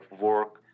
work